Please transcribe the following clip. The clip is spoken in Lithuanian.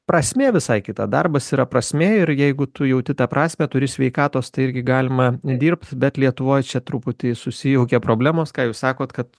prasmė visai kita darbas yra prasmė ir jeigu tu jauti tą prasmę turi sveikatos tai irgi galima nedirbt bet lietuvoj čia truputį susijaukė problemos ką jūs sakot kad